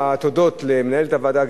תודות למנהלת הוועדה,